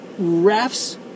refs